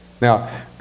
Now